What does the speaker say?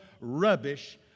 rubbish